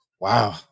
Wow